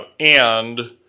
and